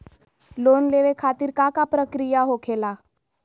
Loan लेवे खातिर का का प्रक्रिया होखेला?